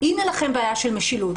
הינה לכם בעיה של משילות.